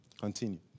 Continue